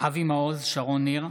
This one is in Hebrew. אבי מעוז, שרון ניר,